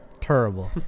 Terrible